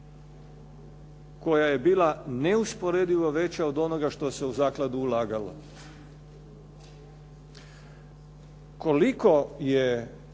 koja je bila neusporedivo veća od onoga što se u zakladu ulagalo. Koliko je